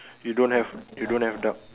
you don't have you don't have duck